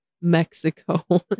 Mexico